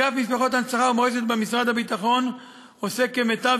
אגף משפחות הנצחה ומורשת במשרד הביטחון עושה כמיטב